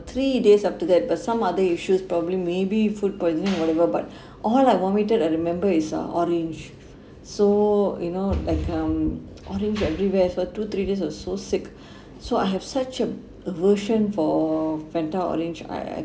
three days after that but some other issues probably maybe food poisoning or whatever but all I vomited I remember is uh orange so you know like um orange everywhere for two three days I was so sick so I have such a aversion for fanta orange I I